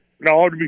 No